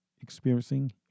experiencing